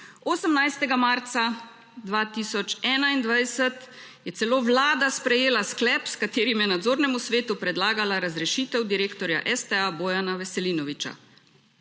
18. marca 2021 je celo vlada sprejela sklep, s katerim je nadzornemu svetu predlagala razrešitev direktorja STA Bojana Veselinoviča.